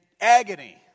agony